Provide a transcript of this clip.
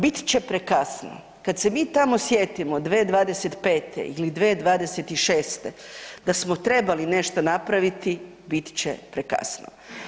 Bit će prekasno, kad se mi tamo sjetimo 2025. ili 2026. da smo trebali nešto napraviti bit će prekasno.